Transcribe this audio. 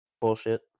bullshit